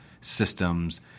systems